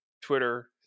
Twitter